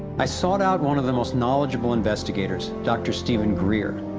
i sought out one of the most knowledgeable investigators, dr. steven greer,